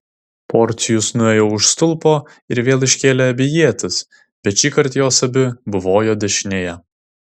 porcijus nuėjo už stulpo ir vėl iškėlė abi ietis bet šįkart jos abi buvojo dešinėje